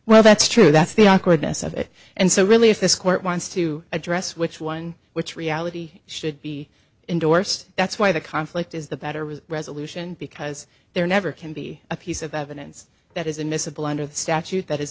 well that's true that's the awkwardness of it and so really if this court wants to address which one which reality should be endorsed that's why the conflict is the better with resolution because there never can be a piece of evidence that is admissible under the statute that is